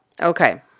okay